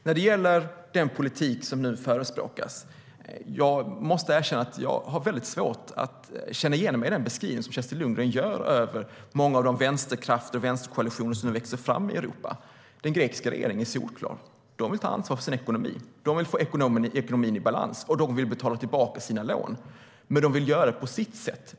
När det gäller den politik som nu förespråkas har jag svårt att känna igen mig i Kerstin Lundgrens beskrivning av många av de vänsterkrafter och vänsterkoalitioner som nu växer fram i Europa. Den grekiska regeringen är solklar: Man vill ta ansvar för sin ekonomi. Man vill få ekonomin i balans och betala tillbaka sina lån. Men man vill göra det på sitt sätt.